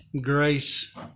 grace